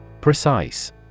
Precise